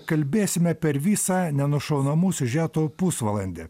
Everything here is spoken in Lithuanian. kalbėsime per visą nenušaunamų siužetų pusvalandį